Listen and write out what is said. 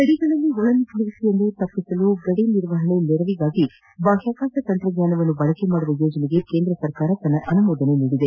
ಗಡಿಗಳಲ್ಲಿ ಒಳನುಸುಳುವಿಕೆಯನ್ನು ತಡೆಯಲು ಗಡಿ ನಿರ್ವಹಣೆ ನೆರವಿಗೆ ಬಾಹ್ಯಾಕಾಶ ತಂತ್ರಜ್ಞಾನ ಬಳಕೆ ಮಾಡುವ ಯೋಜನೆಗೆ ಕೇಂದ್ರ ಸರ್ಕಾರ ತನ್ನ ಅನುಮೋದನೆ ನೀಡಿದೆ